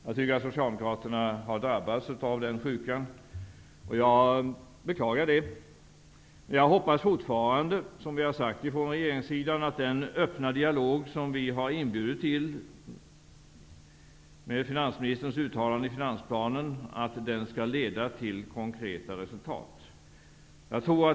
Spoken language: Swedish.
Jag tycker att Socialdemokraterna har drabbats av den sjukan, och jag beklagar det. Jag hoppas fortfarande, som regeringen tidigare har sagt, att den öppna dialog som vi har inbjudit till med finansministerns uttalande i finansplanen skall leda till konkreta resultat.